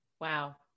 Wow